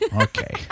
okay